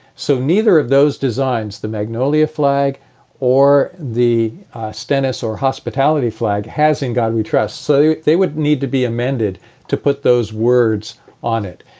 so neither of those design. the magnolia flag or the stennis or hospitality flag has in god we trust, so they would need to be amended to put those words on it.